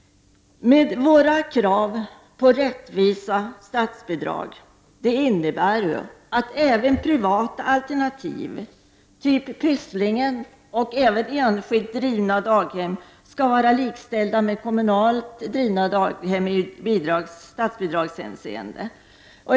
Vårt krav på rättvisa statsbidrag innebär att även privata alternativ, typ Pysslingen och enskilt drivna daghem, skall vara likställda med kommunalt drivna daghem i statsbidraghänseende.